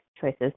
Choices